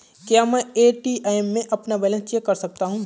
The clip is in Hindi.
क्या मैं ए.टी.एम में अपना बैलेंस चेक कर सकता हूँ?